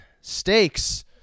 stakes